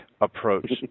approach